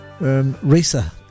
Risa